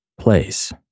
place